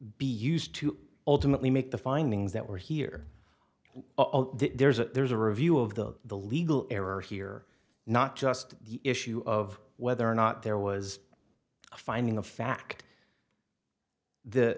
be used to ultimately make the findings that were here there's a there's a review of the the legal error here not just the issue of whether or not there was a finding of fact th